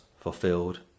fulfilled